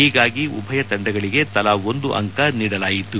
ಹೀಗಾಗಿ ಉಭಯ ತಂಡಗಳಗೆ ತಲಾ ಒಂದು ಅಂಕ ನೀಡಲಾಯಿತು